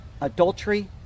adultery